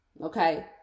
okay